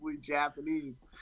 Japanese